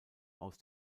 aus